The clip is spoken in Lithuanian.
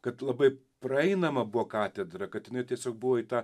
kad labai praeinama buvo katedra kad jinai tiesiog buvo į tą